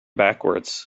backwards